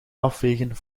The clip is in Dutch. afvegen